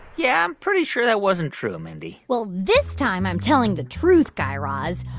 yeah, i'm pretty sure that wasn't true, mindy well, this time, i'm telling the truth, guy raz.